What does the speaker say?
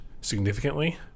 significantly